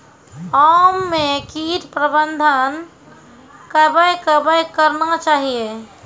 आम मे कीट प्रबंधन कबे कबे करना चाहिए?